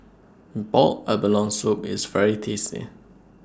boiled abalone Soup IS very tasty